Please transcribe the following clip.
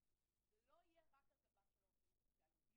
זה לא יהיה רק על גבם של העובדים הסוציאליים.